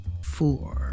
Four